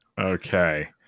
Okay